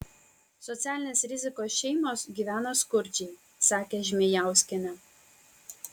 socialinės rizikos šeimos gyvena skurdžiai sakė žmėjauskienė